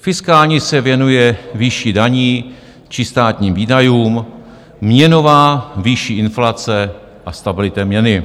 Fiskální se věnuje výši daní či státním výdajům, měnová výši inflace a stabilitě měny.